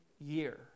year